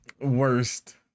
worst